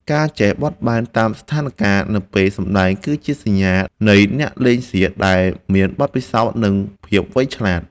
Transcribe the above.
ការចេះបត់បែនតាមស្ថានការណ៍នៅពេលសម្តែងគឺជាសញ្ញានៃអ្នកលេងសៀកដែលមានបទពិសោធន៍ និង ភាពវៃឆ្លាត។